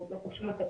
לא פגשו מטפלים,